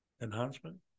enhancement